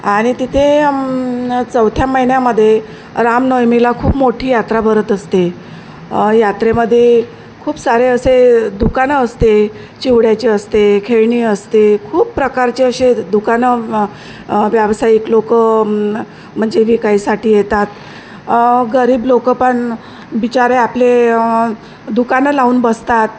आणि तिथे न चौथ्या महिन्यामध्ये रामनवमीला खूप मोठी यात्रा भरत असते यात्रेमध्ये खूप सारे असे दुकानं असते चिवड्याचे असते खेळणी असते खूप प्रकारचे असे दुकानं व्यावसायिक लोकं मं म्हणजे विकायसाठी येतात गरीब लोकं पण बिचारे आपले दुकानं लावून बसतात